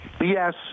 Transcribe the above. Yes